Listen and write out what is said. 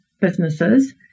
businesses